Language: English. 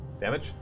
Damage